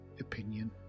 opinion